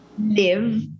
live